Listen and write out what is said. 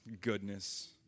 Goodness